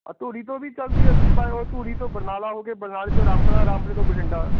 ਧੂਰੀ ਤੋਂ ਵੀ ਚੱਲਦੀ ਆ ਰਾਜੇ ਬਾਇਆ ਧੂਰੀ ਤੋਂ ਬਰਨਾਲਾ ਹੋ ਕੇ ਬਰਨਾਲੇ ਤੋਂ ਰਾਮਪੁਰਾ ਰਾਮਪੁਰੇ ਤੋਂ ਬਠਿੰਡਾ